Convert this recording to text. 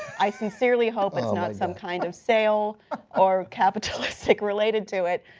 i sincerely hope it's not some kind of sale or capitalistic related to it.